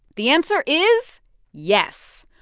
the answer is yes.